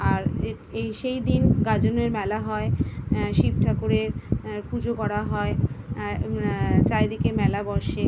আর এ এই সেই দিন গাজনের মেলা হয় শিব ঠাকুরের পুজো করা হয় চারিদিকে মেলা বসে